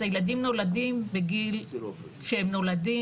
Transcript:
אז הילדים כשהם נולדים,